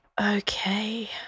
Okay